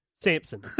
Samson